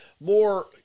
more